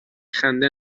خنده